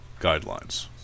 guidelines